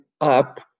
up